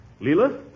Leela